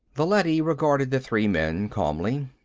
the leady regarded the three men calmly.